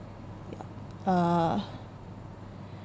ya uh